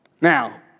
Now